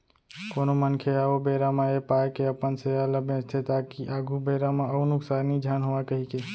कोनो मनखे ह ओ बेरा म ऐ पाय के अपन सेयर ल बेंचथे ताकि आघु बेरा म अउ नुकसानी झन होवय कहिके